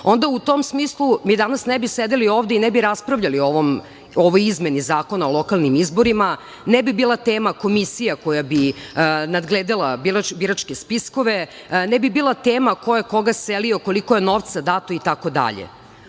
U tom smislu mi danas ne bi sedeli ovde i ne raspravljali o ovoj izmeni Zakona o lokalnim izborima, ne bi bila tema komisija koja bi nadgledala biračke spiskove, ne bi bila tema ko je koga selio, koliko je novca dato. Sudije